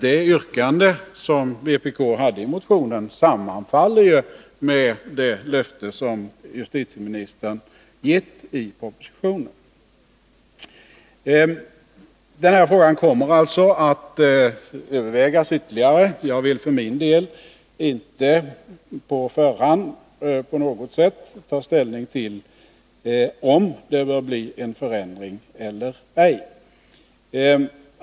Det yrkande vpk framför i motionen sammanfaller ju med det löfte som justitieministern gett i propositionen. Denna fråga kommer alltså att övervägas ytterligare. Jag vill för min del inte på förhand på något sätt ta ställning till om det bör bli en förändring eller ej.